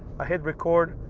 i hit record,